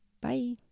bye